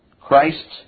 Christ